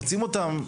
אנחנו מוצאים אותם,